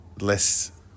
less